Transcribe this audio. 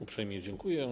Uprzejmie dziękuję.